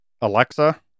Alexa